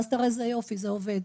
ואז תראה איזה יופי זה עובד.